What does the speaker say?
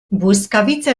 błyskawice